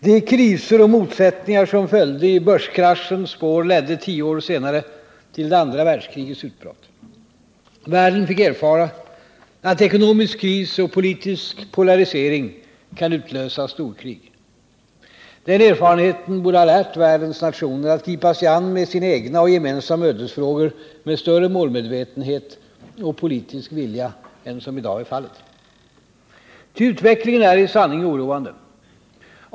De kriser och motsättningar som följde i börskraschens spår ledde tio år senare till det andra världskrigets utbrott. Världen fick erfara att ekonomisk kris och politisk polarisering kan utlösa storkrig. Den erfarenheten borde ha lärt världens nationer att gripa sig an med sina egna och gemensamma ödesfrågor med större målmedvetenhet och politisk vilja än som i dag är fallet. Ty utvecklingen är i sanning oroande.